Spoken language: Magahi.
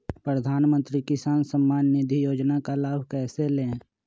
प्रधानमंत्री किसान समान निधि योजना का लाभ कैसे ले?